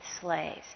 slaves